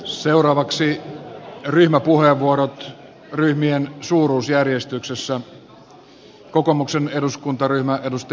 seuraavaksi ryhmäpuheenvuorot ryhmien suuruusjärjestyksessä